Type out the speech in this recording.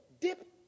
dip